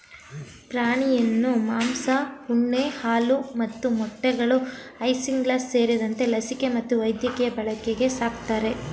ಪ್ರಾಣಿಯನ್ನು ಮಾಂಸ ಉಣ್ಣೆ ಹಾಲು ಮತ್ತು ಮೊಟ್ಟೆಗಳು ಐಸಿಂಗ್ಲಾಸ್ ಸೇರಿದಂತೆ ಲಸಿಕೆ ಮತ್ತು ವೈದ್ಯಕೀಯ ಬಳಕೆಗೆ ಸಾಕ್ತರೆ